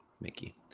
Mickey